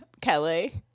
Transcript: Kelly